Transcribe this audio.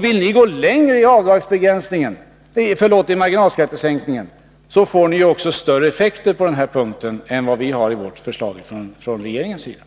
Vill ni gå längre i fråga om marginalskattesänkningarna, får ert förslag också större effekter på den här punkten än förslaget från regeringens sida.